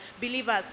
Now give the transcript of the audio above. believers